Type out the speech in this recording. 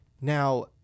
Now